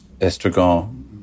Estragon